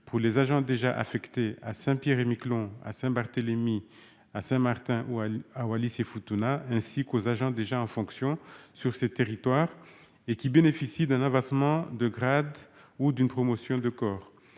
qui sont déjà affectés à Saint-Pierre-et-Miquelon, Saint-Barthélemy, Saint-Martin ou Wallis-et-Futuna, ainsi qu'aux agents déjà en fonction sur le territoire concerné qui bénéficient d'un avancement de grade ou d'une promotion de corps,